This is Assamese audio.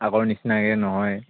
আগৰ নিচিনাকে নহয়